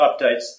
updates